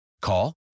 Call